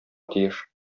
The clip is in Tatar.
тиеш